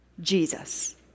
Jesus